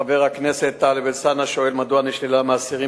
חבר הכנסת טלב אלסאנע שואל מדוע נשללה מאסירים